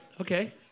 Okay